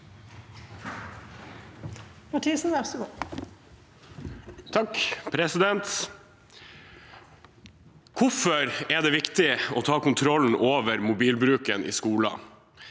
Hvorfor er det viktig å ta kontroll over mobilbruken i skolen?